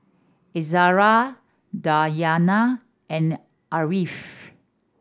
Izara Dayana and Ariff